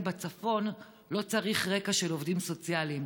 בצפון לא צריך רקע של עובדים סוציאליים.